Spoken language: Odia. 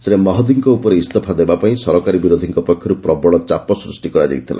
ଶ୍ରୀ ମହଦିଙ୍କ ଉପରେ ଇସ୍ତଫା ଦେବା ପାଇଁ ସରକାରୀ ବିରୋଧୀଙ୍କ ପକ୍ଷରୁ ପ୍ରବଳ ଚାପ ସୃଷ୍ଟି କରାଯାଇଥିଲା